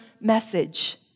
message